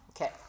Okay